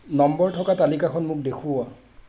number থকা তালিকাখন মোক দেখুওৱা